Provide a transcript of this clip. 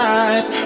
eyes